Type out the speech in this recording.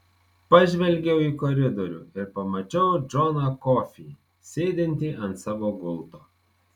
pažvelgiau į koridorių ir pamačiau džoną kofį sėdintį ant savo gulto